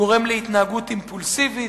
גורם להתנהגות אימפולסיבית,